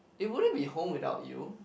it wouldn't be home without you